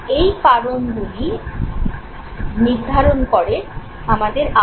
এই কারণগুলিই নির্ধারণ করে আমাদের আবেগ